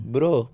Bro